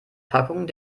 packung